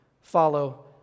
follow